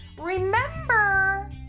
Remember